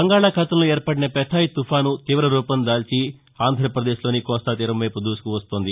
బంగాళాఖాతంలో ఏర్పడిన పెథాయ్ తుఫాను తీవ రూపం దాల్చి ఆంధ్రాపదేశ్లోని కోస్తాతీరంవైపు దూసుకు వస్తోంది